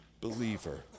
believer